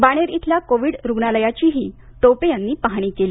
बाणेर इथल्या कोविड रुग्णालयाचीही टोपे यांनी पाहणी केली